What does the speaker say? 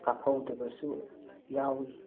ꯀꯥꯞꯍꯧꯗꯕꯁꯨ ꯌꯥꯎꯏ